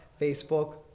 Facebook